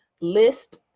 List